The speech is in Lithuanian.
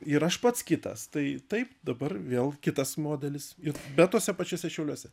ir aš pats kitas tai taip dabar vėl kitas modelis ir bet tuose pačiuose šiauliuose